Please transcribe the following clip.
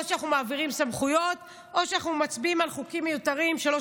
או שאנחנו מעבירים סמכויות או שאנחנו מצביעים על חוקים מיותרים שלא